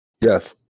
Yes